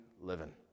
living